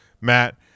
Matt